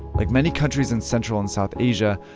like many countries in central and south asia,